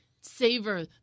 savor